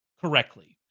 correctly